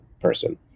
person